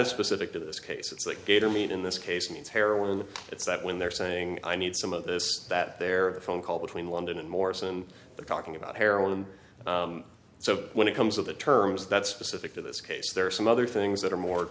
is specific to this case it's like gator meat in this case and it's heroin it's that when they're saying i need some of this that their phone call between london and morse and they're talking about heroin and so when it comes of the terms that's specific to this case there are some other things that are more